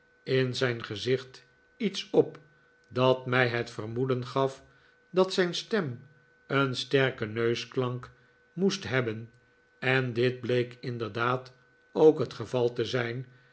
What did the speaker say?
in zijn gezicht iets op dat mij het vermoeden gat dat zijn stem een sterken neusklank moest hebben en dit bleek inderdaad ook het geval te zijn